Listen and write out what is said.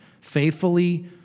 Faithfully